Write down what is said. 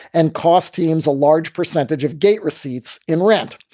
and cost teams a large percentage of gate receipts in rent.